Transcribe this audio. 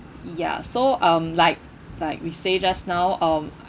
ya so um like like we say just now um